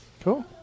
Cool